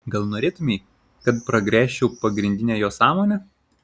gal norėtumei kad pragręžčiau pagrindinę jo sąmonę